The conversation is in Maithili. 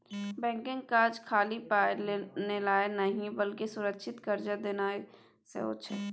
बैंकक काज खाली पाय लेनाय नहि बल्कि सुरक्षित कर्जा देनाय सेहो छै